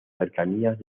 cercanías